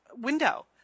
window